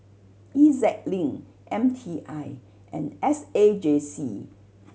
E Z Link M T I and S A J C